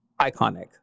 Iconic